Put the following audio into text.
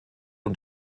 und